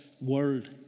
world